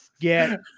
get